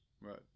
Right